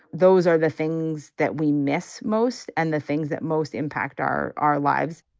those are the things that we miss most. and the things that most impact our our lives